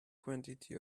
quantity